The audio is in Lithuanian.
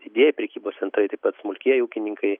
didieji prekybos centrai taip pat smulkieji ūkininkai